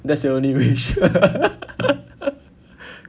that's your only wish